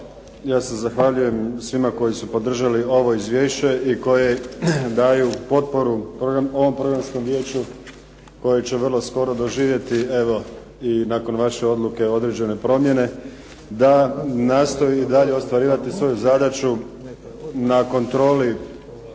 ja se zahvaljujem svima koji su podržali ovo izvješće i koji daju potporu ovom programskom vijeću koji će vrlo skoro doživjeti evo i nakon vaše odluke određene promjene, da nastoji i dalje ostvarivati svoju zadaću na kontroli